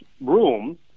room